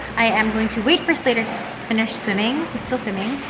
i am going to wait for slater to finish swimming. he's still swimming.